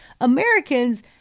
Americans